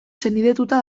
senidetuta